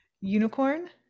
Unicorn